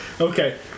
Okay